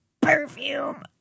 perfume